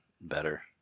better